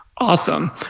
Awesome